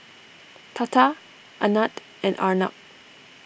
Tata Anand and Arnab